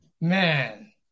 Man